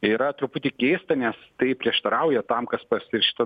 yra truputį keista nes tai prieštarauja tam kas pas per šitą